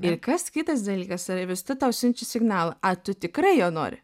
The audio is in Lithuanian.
ir kas kitas dalykas ar visata tau siunčia signalą ar tu tikrai jo nori